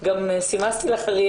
אז זה השעות.